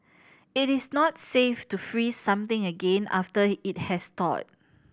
it is not safe to freeze something again after it has thawed